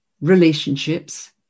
relationships